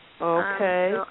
Okay